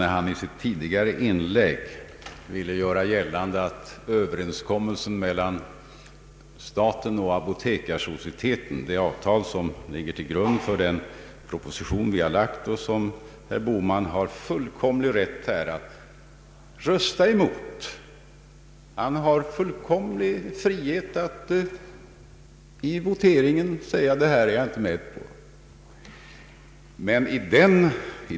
När han i ett tidigare inlägg ville göra gällande att överenskommelsen mellan staten och Apotekarsocieteten och det förslag som regeringen sedan lagt fram i propositionen har tillkommit utan att oppositionen fått göra sig hörd, så vill jag säga till herr Bohman att han självfallet har rätt att rösta mot förslagget. Han har i den kommande voteringen fullkomlig frihet att säga att han inte vill vara med om det.